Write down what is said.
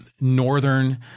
Northern